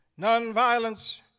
nonviolence